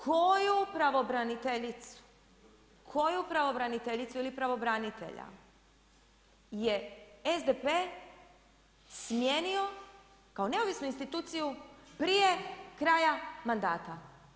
Koju pravobraniteljicu, koju pravobraniteljicu ili pravobranitelja je SDP smijenio kao neovisnu instituciju, prije kraja mandata?